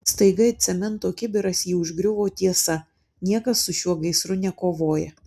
staiga it cemento kibiras jį užgriuvo tiesa niekas su šiuo gaisru nekovoja